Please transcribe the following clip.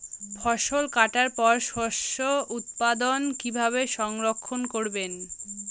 ফসল কাটার পর শস্য উৎপাদন কিভাবে সংরক্ষণ করবেন?